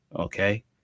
okay